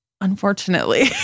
Unfortunately